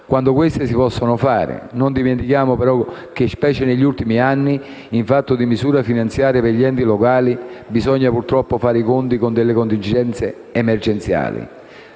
quando queste si possono fare. Non dimentichiamo che, specie negli ultimi anni, in fatto di misure finanziarie per gli enti locali bisogna purtroppo fare i conti con delle contingenze emergenziali.